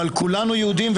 אבל כולנו יהודים,